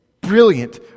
brilliant